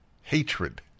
hatred